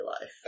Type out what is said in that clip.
life